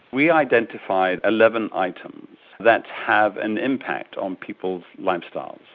we identified eleven items that have an impact on people's lifestyles.